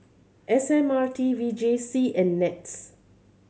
S M R T V J C and NETS